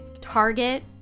target